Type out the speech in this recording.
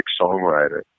songwriter